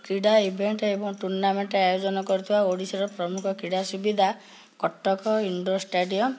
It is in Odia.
କ୍ରୀଡ଼ା ଇଭେଣ୍ଟ୍ ଏବଂ ଟୁର୍ଣ୍ଣାମେଣ୍ଟ୍ ଆୟୋଜନ କରୁଥିବା ଓଡ଼ିଶାର ପ୍ରମୁଖ କ୍ରୀଡ଼ା ସୁବିଧା କଟକ ଇଣ୍ଡୋର୍ ଷ୍ଟାଡ଼ିୟମ୍